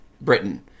Britain